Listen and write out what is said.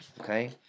Okay